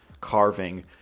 carving